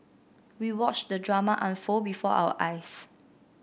we watched the drama unfold before our eyes